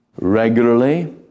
regularly